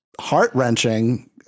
heart-wrenching